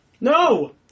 No